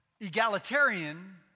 Egalitarian